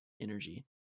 energy